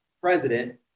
president